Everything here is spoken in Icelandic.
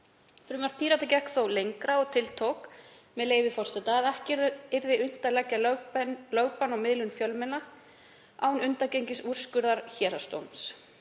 Frumvarp Pírata gekk þó lengra og tiltók, með leyfi forseta, „að ekki verði unnt að leggja lögbann á miðlun fjölmiðla án undangengins úrskurðar héraðsdóms“.